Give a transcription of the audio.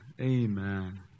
amen